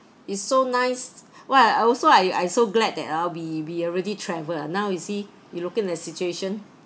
it's so nice !wah! I also I I so glad that oh we we already travel now you see you looking at the situation